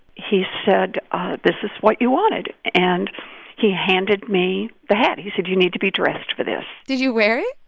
he said this is what you wanted, and he handed me the hat. he said, you need to be dressed for this did you wear it?